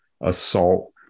assault